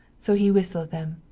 so he whistle them.